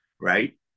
right